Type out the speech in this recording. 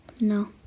No